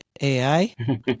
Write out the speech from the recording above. AI